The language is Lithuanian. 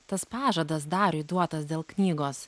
tas pažadas dariui duotas dėl knygos